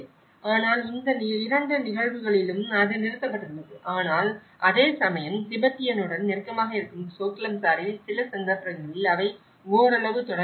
ஆனால் இந்த 2 நிகழ்வுகளிலும் அது நிறுத்தப்பட்டுள்ளது ஆனால் அதேசமயம் திபெத்தியனுடன் நெருக்கமாக இருக்கும் சோக்லாம்சரில் சில சந்தர்ப்பங்களில் அவை ஓரளவு தொடர்கின்றன